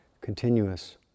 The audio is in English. continuous